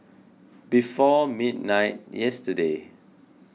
before midnight yesterday